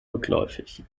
rückläufig